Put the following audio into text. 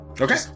Okay